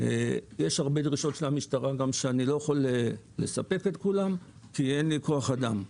יש הרבה דרישות של המשטרה שאני לא יכול לספק את כולם כי אין לי כוח אדם.